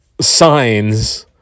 Signs